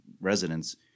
residents